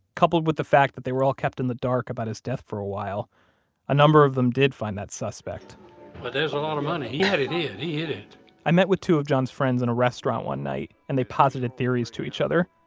coupled with the fact that they were all kept in the dark about his death for a while a number of them did find that suspect where there's a lot of money. yeah he had it. he hid it i met with two of john's friends in a restaurant one night and they posited theories to each other.